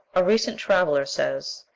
a recent traveller says,